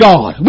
God